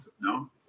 No